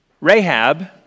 Rahab